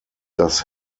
das